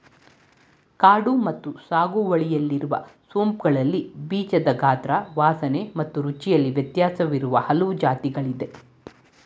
ಕಾಡು ಮತ್ತು ಸಾಗುವಳಿಯಲ್ಲಿರುವ ಸೋಂಪುಗಳಲ್ಲಿ ಬೀಜದ ಗಾತ್ರ ವಾಸನೆ ಮತ್ತು ರುಚಿಯಲ್ಲಿ ವ್ಯತ್ಯಾಸವಿರುವ ಹಲವು ಜಾತಿಗಳಿದೆ